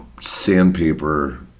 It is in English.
sandpaper